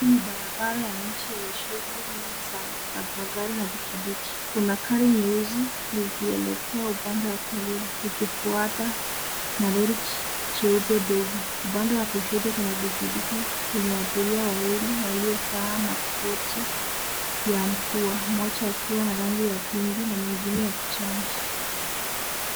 Hii ni barabara ya mji yenye shughuli nyingi sana, magari na pikipiki. Kuna gari nyeusi likielekea upande wa kulia likifuatwa na lori jeupe dogo. Upande wa kushoto kuna pikipiki yenye abiria wawili waliovaa makoti ya mvua, moja akiwa na rangi ya pinki na mwingine ya kijani.